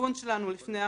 לכיוון שלנו לפני החוק,